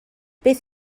beth